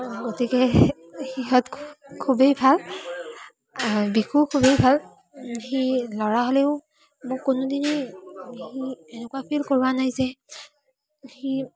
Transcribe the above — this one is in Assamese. গতিকে সিহঁত খুবেই ভাল আৰু বিকু খুবেই ভাল সি ল'ৰা হ'লেও মোক কোনোদিনে সি এনেকুৱা ফীল কৰোৱা নাই যে সি